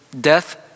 death